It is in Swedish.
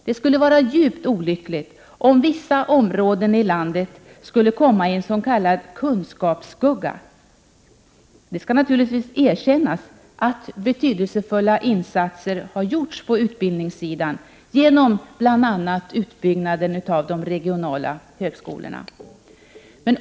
Det skulle vara djupt olyckligt om vissa områden i landet skulle komma i en ”kunskapsskugga”. Det skall naturligtvis erkännas att betydelsefulla insatser gjorts på utbildningssidan genom bl.a. uppbyggnaden av de regionala högskolorna.